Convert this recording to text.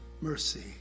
mercy